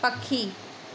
पखी